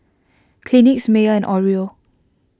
Kleenex Mayer and Oreo